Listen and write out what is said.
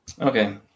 Okay